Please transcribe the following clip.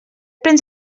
prens